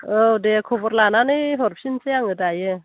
औ दे खबर लानानै हरफिननोसै आङो दायो